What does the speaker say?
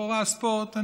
ולכאורה ספורט,